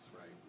right